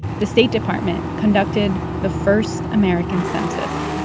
the state department conducted the first american census,